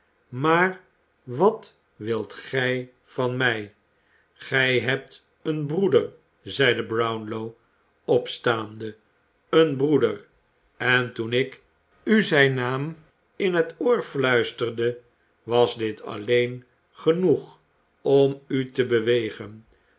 maar wat wilt gij van mij gij hebt een broeder zeide brownlow opstaande een broeder en toen ik u zijn naam in het oor fluisterde was dit alleen genoeg om u te bewegen